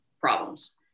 problems